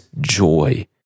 joy